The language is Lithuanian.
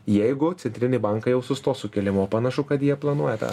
jeigu centriniai bankai jau sustos su kėlimu o panašu kad jie planuoja tą